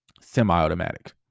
semi-automatic